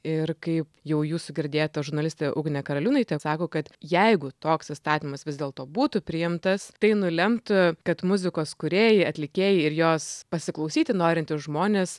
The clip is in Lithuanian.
ir kaip jau jūsų girdėta žurnalistė ugnė karaliūnaitė sako kad jeigu toks įstatymas vis dėlto būtų priimtas tai nulemtų kad muzikos kūrėjai atlikėjai ir jos pasiklausyti norintys žmonės